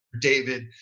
David